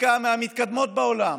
בדיקה מהמתקדמות בעולם,